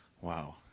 wow